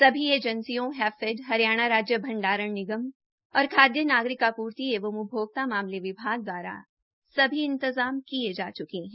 सभी एजेंसियों हैफेड हरियाणा राज्य भण्डारण निगम और खाद्य नागरिक आपूर्ति एवं उपभोक्ता मामले विभाग द्वारा सभी इंतजाम किए जा चुके हैं